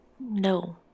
No